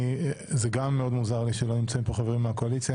גם לי מוזר שלא נמצאים פה חברי כנסת מהקואליציה,